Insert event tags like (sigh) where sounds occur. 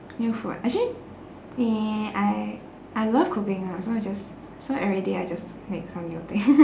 new food actually eh I I love cooking ah so I just so everyday I just make some new thing (laughs)